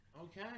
Okay